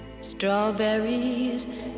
Strawberries